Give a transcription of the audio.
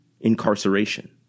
incarceration